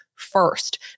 first